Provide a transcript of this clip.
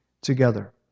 together